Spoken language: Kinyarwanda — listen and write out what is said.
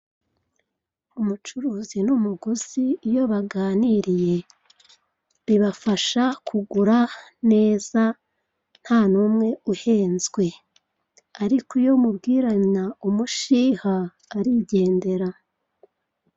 Umucuruzi n'umuguzi iyo baganiriye bibafasha kugura neza ntanumwe uhenzwe, ariko iyo umubwirana umushiha arigendera.